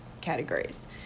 categories